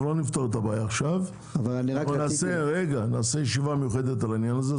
אנחנו לא נפתור את הבעיה עכשיו ונקיים ישיבה מיוחדת על העניין הזה.